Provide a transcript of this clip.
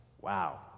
Wow